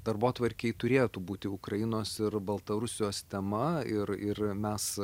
darbotvarkėj turėtų būti ukrainos ir baltarusijos tema ir ir mes